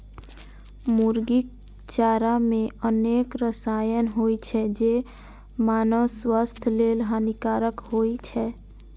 मुर्गीक चारा मे अनेक रसायन होइ छै, जे मानवो स्वास्थ्य लेल हानिकारक होइ छै